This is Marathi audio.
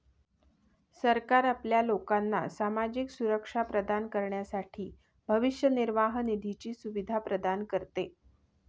सरकार आपल्या लोकांना सामाजिक सुरक्षा प्रदान करण्यासाठी भविष्य निर्वाह निधीची सुविधा प्रदान करते